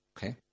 Okay